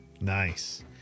Nice